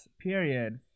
period